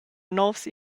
novs